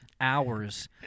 hours